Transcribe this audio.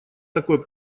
такой